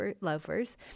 loafers